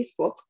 Facebook